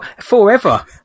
forever